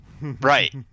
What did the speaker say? Right